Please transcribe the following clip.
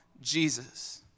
Jesus